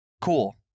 Cool